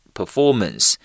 performance